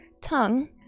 tongue